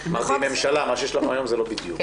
אמרתי ממשלה, מה שיש לנו היום זה לא בדיוק.